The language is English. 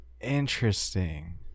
interesting